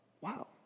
wow